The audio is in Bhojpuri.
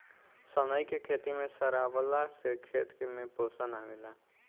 सनई के खेते में सरावला से खेत में पोषण आवेला